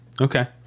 Okay